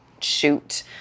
shoot